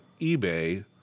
eBay